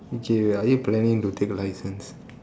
which are you planning to take license